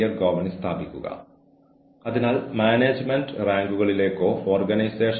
കൂടാതെ അവരുടെ കഴിവിന്റെ പരമാവധി കഴിയുന്നത്രയും ചെയ്യാൻ അവരെ സഹായിക്കുന്നതിന് ഇടപെടലുകൾ നടത്താം അല്ലെങ്കിൽ നടത്തണം